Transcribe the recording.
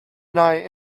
deny